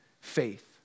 faith